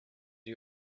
you